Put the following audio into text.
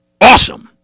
awesome